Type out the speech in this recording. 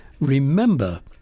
remember